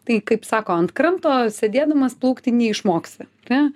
tai kaip sako ant kranto sėdėdamas plaukti neišmoksi ar ne